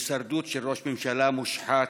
בהישרדות של ראש ממשלה מושחת.